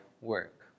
work